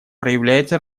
проявляется